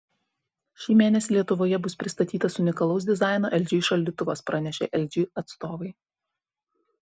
šį mėnesį lietuvoje bus pristatytas unikalaus dizaino lg šaldytuvas pranešė lg atstovai